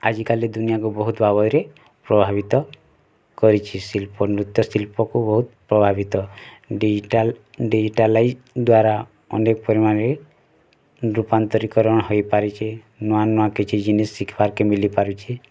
ଆଜିକାଲି ଦୁନିଆକୁ ବହୁତ ଭାବରେ ପ୍ରଭାବିତ କରିଛି ଶିଲ୍ପ ନୃତ୍ୟ ଶିଲ୍ପକୁ ବହୁତ ପ୍ରଭାବିତ ଡ଼ିଜିଟାଲ୍ ଡ଼ିଜିଟାଲାଇଜ୍ ଦ୍ଵାରା ଅନେକ ପରିମାଣରେ ରୂପାନ୍ତରୀକରଣ ହୋଇପାରିଛି ନୂଆ ନୂଆ କିଛି ଜିନିଷ ଶିଖବାର୍ କେ ମିଲିପାରୁଛି